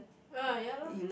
ah ya lah